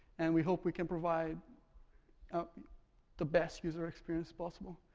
and we hope we can provide the best user experience possible.